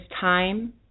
time